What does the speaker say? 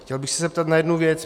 Chtěl bych se zeptat na jednu věc.